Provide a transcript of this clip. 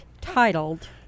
titled